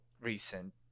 recent